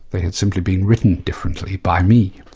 they had simply been written differently by me.